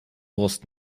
brust